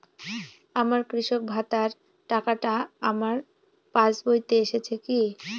আমার কৃষক ভাতার টাকাটা আমার পাসবইতে এসেছে কি?